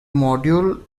module